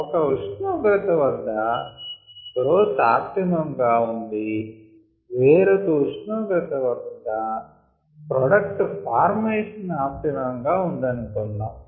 ఒక ఉష్ణోగ్రత వద్ద గ్రోత్ ఆప్టిమమ్ గా ఉండి వేరొక ఉష్ణోగ్రత వద్ద ప్రోడక్ట్ ఫార్మేషన్ ఆప్టిమమ్ గా ఉందనుకొందాం